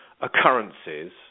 occurrences